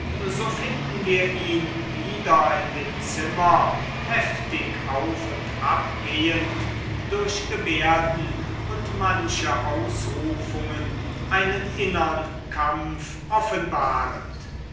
so finden wir ihn wieder in dem zimmer heftig auf und ab gehend durch gebärden und manche ausrufungen einen innern kampf offenbarend